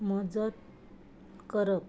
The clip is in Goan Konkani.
मजत करप